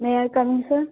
may I come in sir